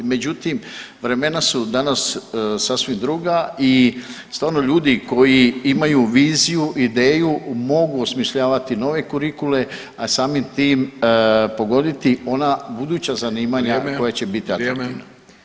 Međutim, vremena su danas sasvim druga i stvarno ljudi koji imaju viziju, ideju mogu osmišljavati nove kurikule, a samim tim pogoditi ona buduća zanimanja [[Upadica Vidović: Vrijeme.]] koja će biti atraktivna.